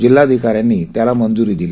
जिल्हाधिकाऱ्यांनी त्याला मंज्री दिली